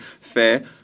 fair